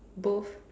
both